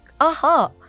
aha